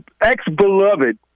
ex-beloved